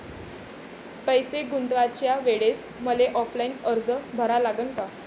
पैसे गुंतवाच्या वेळेसं मले ऑफलाईन अर्ज भरा लागन का?